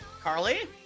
carly